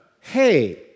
Hey